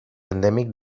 endèmic